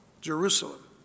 Jerusalem